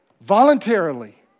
Voluntarily